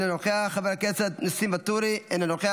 אינו נוכח, חבר הכנסת ניסים ואטורי, אינו נוכח,